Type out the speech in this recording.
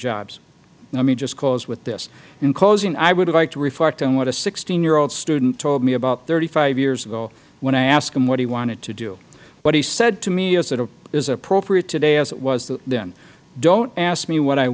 jobs let me just close with this in closing i would like to reflect on what a sixteen year old student told me about thirty five years ago when i asked him what he wanted to do what he said to me is as appropriate today as it was then don't ask me what i